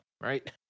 right